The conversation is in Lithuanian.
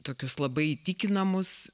tokius labai įtikinamus